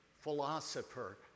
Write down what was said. philosopher